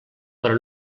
però